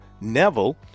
Neville